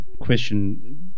question